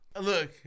Look